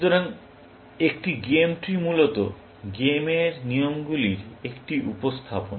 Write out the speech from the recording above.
সুতরাং একটি game tree মূলত গেমের নিয়মগুলির একটি উপস্থাপনা